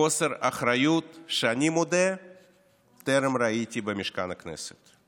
בחוסר אחריות שאני מודה שטרם ראיתי במשכן הכנסת.